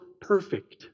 perfect